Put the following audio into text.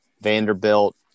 Vanderbilt